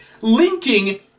linking